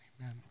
Amen